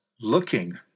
looking